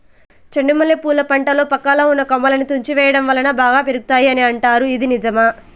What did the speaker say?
చెండు మల్లె పూల పంటలో పక్కలో ఉన్న కొమ్మలని తుంచి వేయటం వలన బాగా పెరుగుతాయి అని అంటారు ఇది నిజమా?